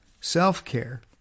self-care